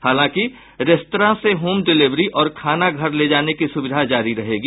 हालांकि रेस्त्रां से home delivery और खाना घर ले जाने की सुविधा जारी रहेगी